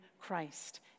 Christ